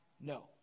No